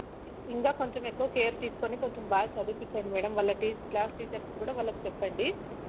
ఇంకా కొంచెం ఎక్కువ కేర్ తీసుకుని కొంచెం బాగా చదివించండి మేడం వాళ్ళ టీ క్లాస్ టీచర్స్కి కూడా వాళ్ళకి చెప్పండి